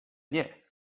nie